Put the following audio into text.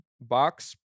box